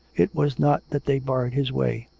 it was not that they barred his way.